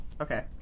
Okay